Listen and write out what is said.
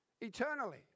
eternally